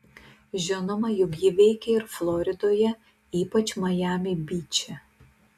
žinoma jog ji veikia ir floridoje ypač majami byče